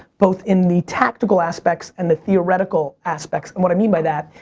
both in the tactical aspects, and the theoretical aspects. and what i mean by that,